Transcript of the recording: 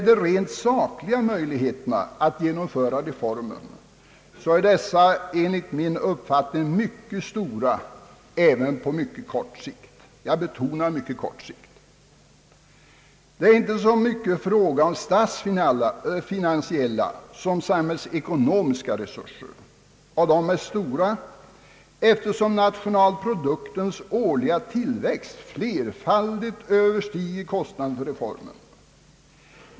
De rent sakliga möjligheterna att genomföra reformen är enligt min uppfattning stora, även på mycket kort sikt, vilket jag vill betona. Det är här inte så mycket fråga om statsfinansiella resurser utan om samhällsekonomiska. Dessa är stora eftersom nationalproduktens årliga tillväxt flerfaldigt överstiger kostnaderna för reformen.